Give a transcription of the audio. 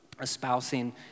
espousing